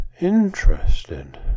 interesting